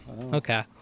Okay